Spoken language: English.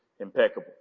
impeccable